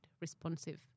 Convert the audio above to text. responsive